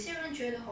how to say